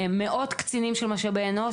מאות קצינים של משאבי אנוש,